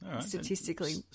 statistically